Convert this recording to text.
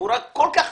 תחבורה כל כך